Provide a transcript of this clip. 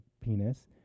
penis